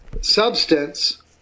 Substance